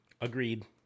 Agreed